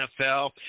NFL